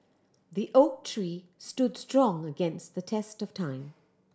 the oak tree stood strong against the test of time